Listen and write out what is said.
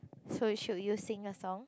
so should you sing a song